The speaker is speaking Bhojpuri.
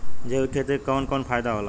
जैविक खेती क कवन कवन फायदा होला?